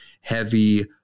heavy